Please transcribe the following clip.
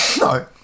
No